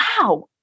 wow